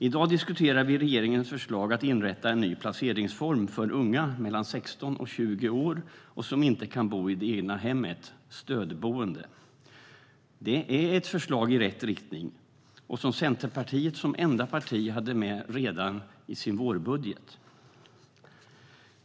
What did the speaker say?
I dag diskuterar vi regeringens förslag om att inrätta en ny placeringsform för unga mellan 16 och 20 år som inte kan bo i det egna hemmet: stödboende. Det är ett förslag i rätt riktning, som Centerpartiet som enda parti hade med redan i sin vårbudget.